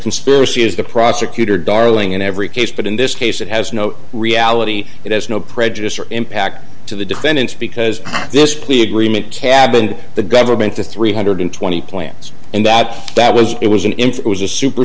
conspiracy is the prosecutor darling in every case but in this case it has no reality it has no prejudice or impact to the defendants because this plea agreement cabin the government the three hundred and twenty dollars plants and that that was it was an infant was a super